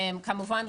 כמובן,